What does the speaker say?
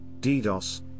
DDoS